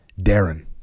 Darren